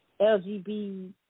LGBT